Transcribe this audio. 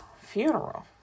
funeral